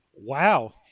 Wow